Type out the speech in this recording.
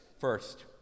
first